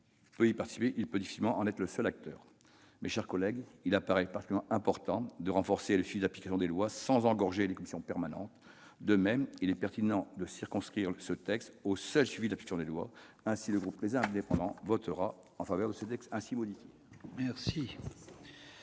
peut y participer, il peut difficilement en être le seul acteur. Mes chers collègues, il apparaît particulièrement important de renforcer le suivi de l'application des lois sans engorger les commissions permanentes. De même, il est pertinent de circonscrire le champ de ce texte au seul suivi de l'application des lois. Le groupe Les Indépendants - République et Territoires